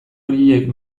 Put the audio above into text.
horiek